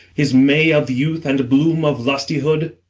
his may of youth and bloom of lustihood.